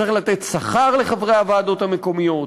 צריך לתת שכר לחברי הוועדות המקומיות,